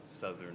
southern